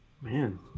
man